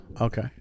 Okay